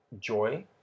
joy